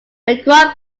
mcgraw